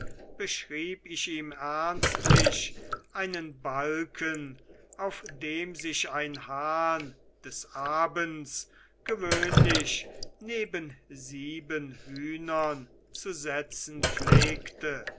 beschrieb ich ihm ernstlich einen balken auf dem sich ein hahn des abends gewöhnlich neben sieben hühnern zu setzen pflegte